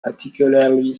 particularly